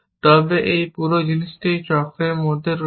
তবে এই পুরো জিনিসটি এখানে একটি চক্রের মধ্যে রয়েছে